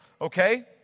Okay